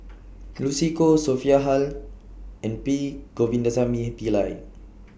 Lucy Koh Sophia Hull and P Govindasamy Pillai